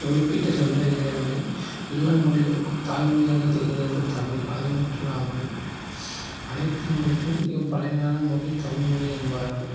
குறிப்பிட்டுச் சொல்ல இயலவில்லை எல்லா மொழிகளுக்கும் தாய்மொழியாகத் திகழ்கிறது தமிழ் அது மட்டும் இல்லாமல் அனைத்து மொழிக்கும் மிக பழமையான மொழி தமிழ்மொழி என்பார்கள்